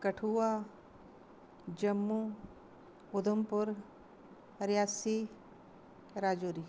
Kathua Jammu Udhampur Reasi Rajouri